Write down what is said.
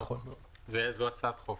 זאת הצעת חוק,